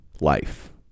life